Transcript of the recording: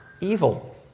evil